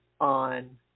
on